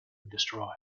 destroy